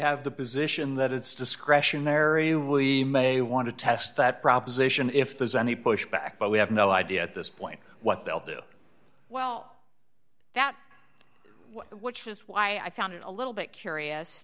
have the position that it's discretionary we may want to test that proposition if there's any pushback but we have no idea at this point what they'll do well that which is why i found it a little bit curious